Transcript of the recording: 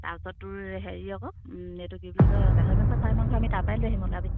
তাৰপাছত তোৰ হেৰি আকৌ এইটো কি বুলি কয় গাহৰি মাংস চাহৰি মাংস আমি তাৰ পৰাই লৈ আহিম ওলাবি